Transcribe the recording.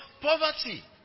poverty